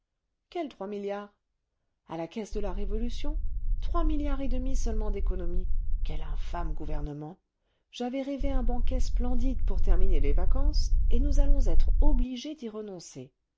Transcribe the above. quels trois milliards a la caisse de la révolution trois milliards et demi seulement d'économies quel infâme gouvernement j'avais rêvé un banquet splendide pour terminer les vacances et nous allons être obligés d'y renoncer